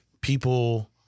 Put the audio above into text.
people